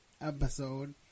episode